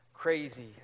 crazy